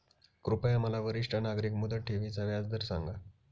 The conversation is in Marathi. कृपया मला वरिष्ठ नागरिक मुदत ठेवी चा व्याजदर सांगा